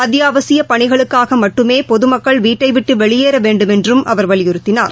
அத்தியாவசியப் பணிகளுக்காகமட்டுமேபொதுமக்கள் வீட்டைவிட்டுவெளியேறவேன்டுமென்றும் அவர் வலியுறுத்தினார்